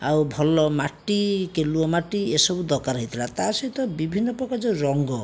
ଆଉ ଭଲ ମାଟି କେଲୁଅ ମାଟି ଏସବୁ ଦରକାର ହେଇଥିଲା ତା ସହିତ ବିଭିନ୍ନପ୍ରକାର ଯୋଉ ରଙ୍ଗ